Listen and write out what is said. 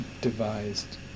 devised